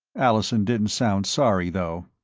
allison didn't sound sorry, though.